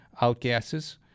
outgases